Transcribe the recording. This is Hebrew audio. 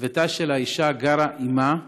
בביתה של האישה גרה אימה הקשישה.